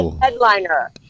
headliner